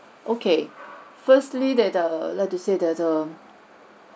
okay firstly that err like to say that err